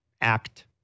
act